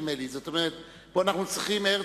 נדמה לי שזה תלוי גם באחרים.